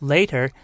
Later